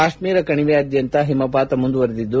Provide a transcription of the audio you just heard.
ಕಾಶ್ನೀರ ಕಣಿವೆಯಾದ್ಯಂತ ಹಿಮಪಾತ ಮುಂದುವರಿದಿದ್ದು